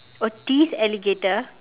oh thief alligator